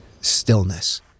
stillness